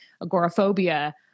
agoraphobia